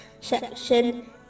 section